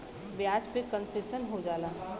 ब्याज पे कन्सेसन हो जाला